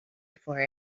for